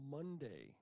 Monday